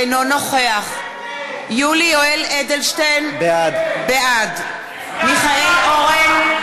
אינו נוכח יולי יואל אדלשטיין, בעד מיכאל אורן,